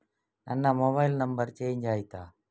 ನನ್ನ mobile number change ಆಯ್ತಾ?